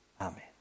Amen